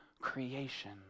creation